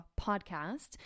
podcast